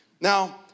Now